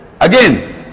Again